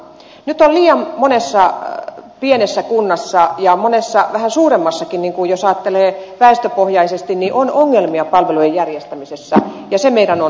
nyt on liian monessa pienessä kunnassa ja monessa vähän suuremmassakin jos ajattelee väestöpohjaisesti ongelmia palvelujen järjestämisessä ja se meidän on tunnistettava